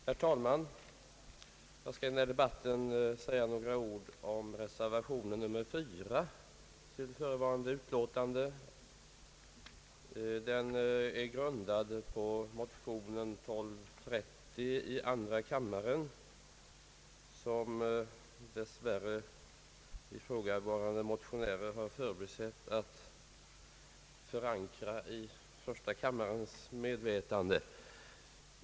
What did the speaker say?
Herr talman! Jag skall i denna debatt säga några ord om reservationen nr 4 till förevarande utlåtande. Den är grundad på andrakammarmotionen 1230 som dess värre motionärerna förbisett att förankra i första kammarens medvetande.